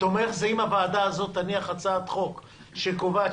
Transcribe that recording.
תומך - זה אם הוועדה הזאת תניח הצעת חוק שקובעת